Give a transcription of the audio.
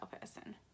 person